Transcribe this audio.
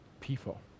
people